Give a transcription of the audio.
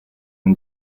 尺寸